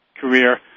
career